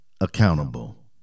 accountable